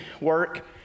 work